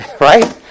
Right